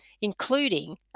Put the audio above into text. including